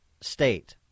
state